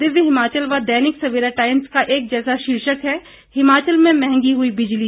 दिव्य हिमाचल व दैनिक सवेरा टाईम्स का एक जैसा शीर्षक है हिमाचल में मंहगी हई बिजली